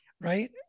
right